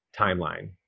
timeline